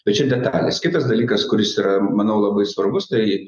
bet čia detalės kitas dalykas kuris yra manau labai svarbus tai